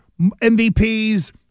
MVPs